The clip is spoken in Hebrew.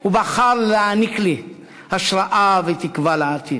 הוא בחר להעניק לי השראה ותקווה לעתיד.